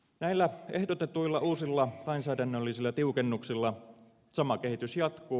näillä ehdotetuilla uusilla lainsäädännöllisillä tiukennuksilla sama kehitys jatkuu